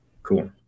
Cool